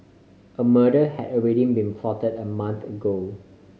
a murder had already been plotted a month ago